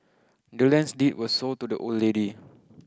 the land's deed was sold to the old lady